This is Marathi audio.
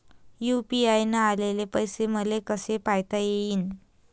यू.पी.आय न आलेले पैसे मले कसे पायता येईन?